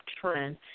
trend